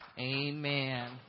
amen